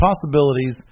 possibilities